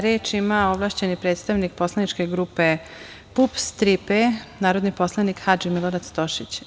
Reč ima ovlašćeni predstavnik poslaničke grupe PUPS – „Tri P“, narodni poslanik Hadži Milorad Stošić.